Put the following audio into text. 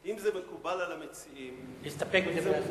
אם זה מקובל על המציעים, להסתפק בדברי השר.